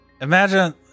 Imagine